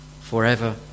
forever